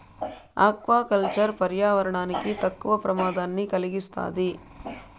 aqua culture పర్యావరణానికి తక్కువ ప్రమాదాన్ని కలిగిస్తాది